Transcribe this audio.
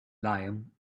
liam